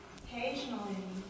occasionally